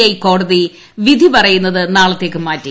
I കോടതി വിധി പറയുന്നത് നാളത്തേക്ക് മാറ്റി